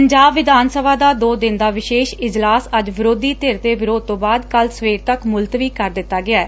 ਪੰਜਾਬ ਵਿਧਾਨ ਸਭਾ ਦਾ ਦੋ ਦਿਨ ਦਾ ਵਿਸ਼ੇਸ਼ ਇਜਲਾਸ ਅੱਜ ਵਿਰੋਧੀ ਧਿਰ ਦੇ ਵਿਰੋਧ ਤੋਂ ਬਾਅਦ ਕੱਲ ਸਵੇਰ ਤਕ ਮੁਲਤਵੀ ਕਰ ਦਿੱਤਾ ਗਿਐ